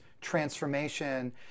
transformation